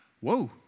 whoa